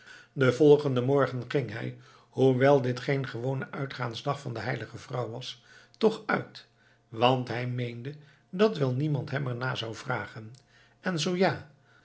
den volgenden morgen ging hij hoewel dit geen gewone uitgaansdag van de heilige vrouw was toch uit want hij meende dat wel niemand hem ernaar zou vragen en zoo ja